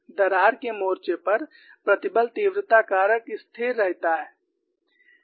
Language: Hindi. दरार के मोर्चे पर प्रतिबल तीव्रता कारक स्थिर रहता है